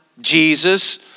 Jesus